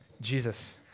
Jesus